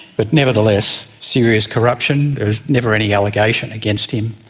but nevertheless, serious corruption, there was never any allegation against him,